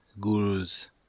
gurus